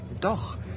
Doch